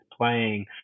playing